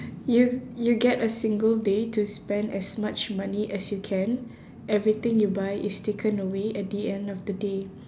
you you get a single day to spend as much money as you can everything you buy is taken away at the end of the day